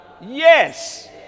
yes